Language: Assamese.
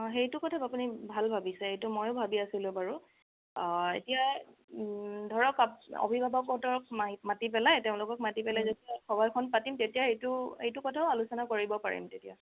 অ' সেইটো কথাত আপুনি ভাল ভাবিছে এইটো মইও ভাবি আছিলোঁ বাৰু এতিয়া ধৰক আপ অভিভাৱকহঁতক মা মাতি পেলাই তেওঁলোকক মাতি পেলাই যতিয়া সভা এখন পাতিম তেতিয়া এইটো এইটো কথাও আলোচনা কৰিব পাৰিম তেতিয়া